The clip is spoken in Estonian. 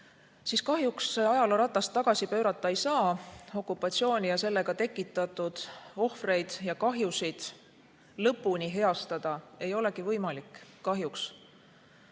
kahjuks ajalooratast tagasi pöörata ei saa. Okupatsiooni ning sellega tekitatud ohvreid ja kahjusid lõpuni heastada ei olegi võimalik. Kahjuks.